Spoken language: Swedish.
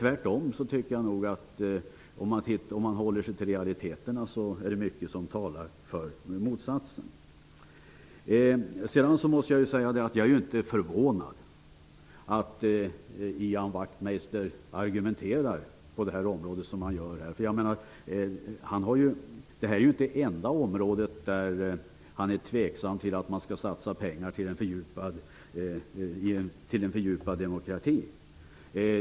Jag tycker tvärtom att om man håller sig till realiteterna finns det mycket som talar för motsatsen. Jag är inte förvånad över att Ian Wachtmeister argumenterar som han gör på det här området. Detta är ju inte det enda område där han är tveksam till att man skall satsa pengar för en stärkt demokrati.